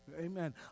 Amen